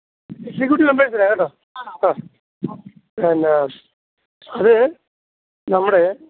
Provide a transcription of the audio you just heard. എന്നാൽ അത് നമ്മുടെ